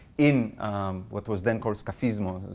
in what was then called escafismo.